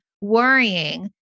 worrying